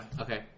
Okay